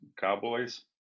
Cowboys